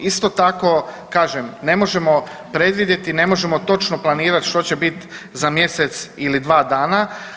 Isto tako kažem ne možemo predvidjeti i ne možemo točno planirat što će bit za mjesec ili dva dana.